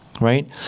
Right